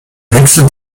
wechsel